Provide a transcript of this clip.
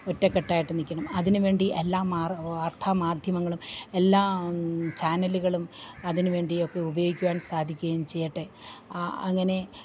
ഒറ്റക്കെട്ടായിട്ട് നിൽക്കണം അതിനു വേണ്ടി എല്ലാ വാർത്താമാധ്യമങ്ങളും എല്ലാ ചാനലുകളും അതിന് വേണ്ടിയൊക്കെ ഉപയോഗിക്കുവാൻ സാധിക്കുകയും ചെയ്യട്ടെ അങ്ങനെ